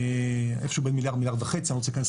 איפה שהוא בין 1-1.5 מיליארד,